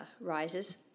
rises